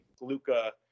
Luca